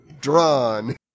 drawn